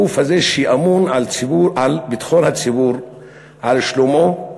הגוף הזה, שאמון על ביטחון הציבור ועל שלומו,